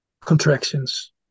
contractions